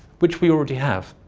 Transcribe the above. which we already have.